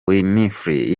winfrey